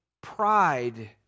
pride